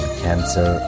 cancer